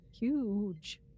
huge